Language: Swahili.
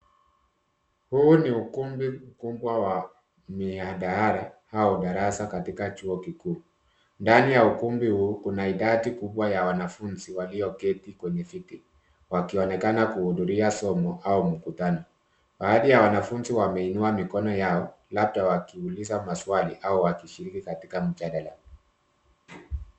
Huu ni ukumbi mkubwa wa mihadhara au darasa katika chuo kikuu. Ndani ya ukumbi kuna idadi kubwa ya wanafunzi walioketi kwenye viti. Wanafunzi hao wako kwenye somo au mkutano. Baadhi ya wanafunzi wameinua mikono yao, labda wakiuliza maswali au kushiriki katika majadiliano.